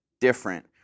different